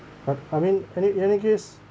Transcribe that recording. !huh! I mean any any case